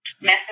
mess